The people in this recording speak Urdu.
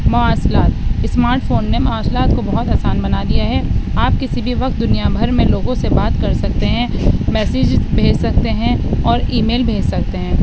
مواصلات اسمارٹ فون نے مواصلات کو بہت آسان بنا دیا ہے آپ کسی بھی وکت دنیا بھر میں لوگوں سے بات کر سکتے ہیں میسیجز بھیج سکتے ہیں اور ای میل بھیج سکتے ہیں